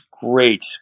great